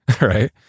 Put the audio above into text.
right